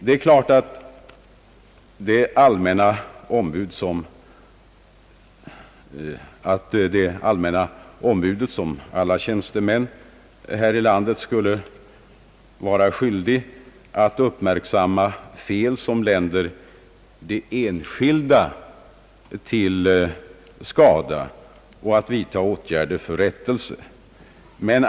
Självfallet skulle det allmänna ombudet liksom alla statliga tjänstemän i vårt land vara skyldigt att uppmärksamma fel, som länder de enskilda till skada, och att vidtaga åtgärder för rätteise.